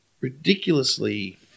ridiculously